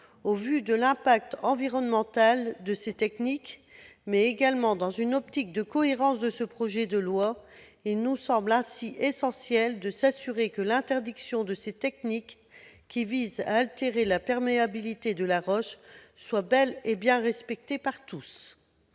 au vu de l'impact environnemental de ces techniques, mais également dans une optique de cohérence de ce projet de loi, il nous semble essentiel de garantir que l'interdiction de ces techniques qui visent à altérer la perméabilité de la roche soit bel et bien respectée par tous.